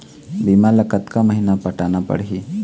बीमा ला कतका महीना पटाना पड़ही?